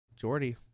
Jordy